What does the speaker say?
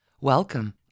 Welcome